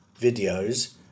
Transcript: videos